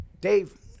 Dave